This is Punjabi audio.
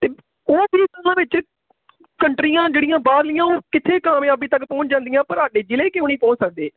ਅਤੇ ਉਹਦਾ ਤੁਸੀਂ ਦੋਵਾਂ ਵਿਚ ਕੰਟਰੀਆਂ ਜਿਹੜੀਆਂ ਬਾਹਰਲੀਆਂ ਉਹ ਕਿੱਥੇ ਕਾਮਯਾਬੀ ਤੱਕ ਪਹੁੰਚ ਜਾਂਦੀਆਂ ਪਰ ਸਾਡੇ ਜ਼ਿਲ੍ਹੇ ਕਿਉਂ ਨਹੀਂ ਪਹੁੰਚ ਸਕਦੇ